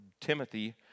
Timothy